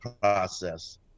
process